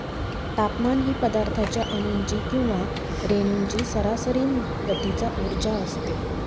तापमान ही पदार्थाच्या अणूंची किंवा रेणूंची सरासरी गतीचा उर्जा असते